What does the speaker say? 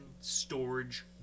storage